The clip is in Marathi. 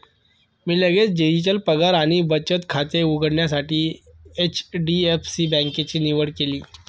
मी लगेच डिजिटल पगार आणि बचत खाते उघडण्यासाठी एच.डी.एफ.सी बँकेची निवड केली